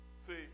See